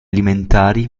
alimentari